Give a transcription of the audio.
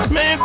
Man